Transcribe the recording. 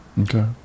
okay